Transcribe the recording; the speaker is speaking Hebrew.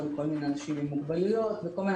גם כל מיני אנשים עם מוגבלויות וכל מיני